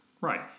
Right